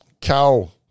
cow